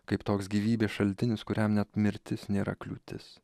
kaip toks gyvybės šaltinis kuriam net mirtis nėra kliūtis